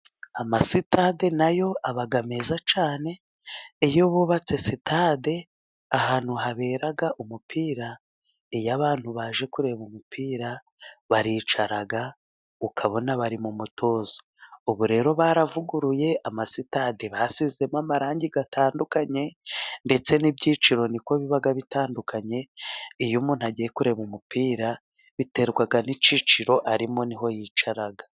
Amasitade na yo aba meza cyane, iyo bubatse sitade ahantu habera umupira iyo abantu baje kureba umupira, baricara ukabona bari mu mu mutozo. Ubu rero baravuguruye, amasitade bashyizemo amarangi atandukanye ndetse n'ibyiciro niko biba bitandukanye, iyo umuntu agiye kureba umupira biterwa n'icyiciro arimo ni ho yicara.